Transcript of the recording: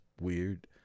weird